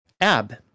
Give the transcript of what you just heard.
Ab